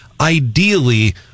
Ideally